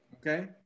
Okay